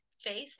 faith